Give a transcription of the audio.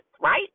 right